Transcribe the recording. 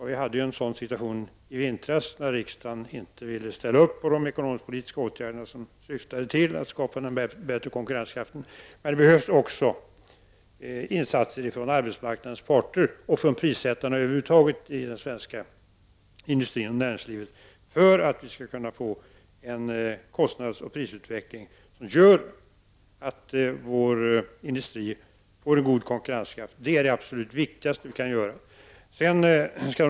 I vintras inträffade den situationen att riksdagen inte ville ställa sig bakom de ekonomisk-politiska åtgärder som syftade till att skapa den bättre konkurrenskraften. Här behövs också insatser från arbetsmarknadens parter och över huvud taget från prissättarna inom den svenska industrin och näringslivet för att vi skall kunna få en kostnadsoch prisutveckling som gör att vår industri får en god konkurrenskraft. Det är det absolut viktigaste vi kan göra.